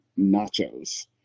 nachos